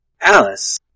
Alice